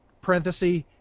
parenthesis